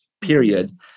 period